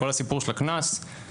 כל הסיפור של הקנס,